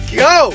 go